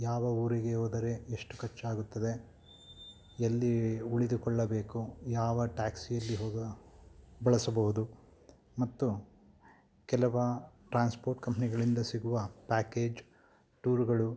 ಯಾವ ಊರಿಗೆ ಹೋದರೆ ಎಷ್ಟು ಖರ್ಚಾಗುತ್ತದೆ ಎಲ್ಲಿ ಉಳಿದುಕೊಳ್ಳಬೇಕು ಯಾವ ಟ್ಯಾಕ್ಸಿಯಲ್ಲಿ ಹೋಗ ಬಳಸಬಹುದು ಮತ್ತು ಕೆಲವು ಟ್ರಾನ್ಸ್ಪೋರ್ಟ್ ಕಂಪ್ನಿಗಳಿಂದ ಸಿಗುವ ಪ್ಯಾಕೇಜ್ ಟೂರುಗಳು